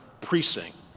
precinct